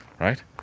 right